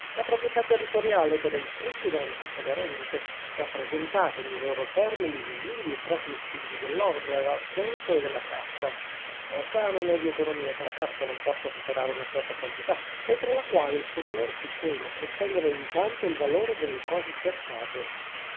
la proprietà territoriale che dà i frutti e guarentisce le rendite rappresentate nei loro termini visibili e trasmissibili dell'oro dell'argento e della carta è un cànone di economia che la carta non possa superare una certa quantità oltre la quale il suo valore si scema crescendone di tanto il valore delle cose cercate